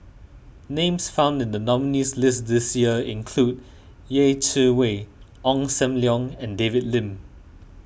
names found in the nominees' list this year include Yeh Chi Wei Ong Sam Leong and David Lim